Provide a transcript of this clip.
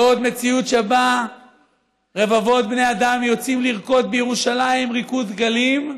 לא עוד מציאות שבה רבבות בני אדם יוצאים לרקוד בירושלים ריקוד דגלים,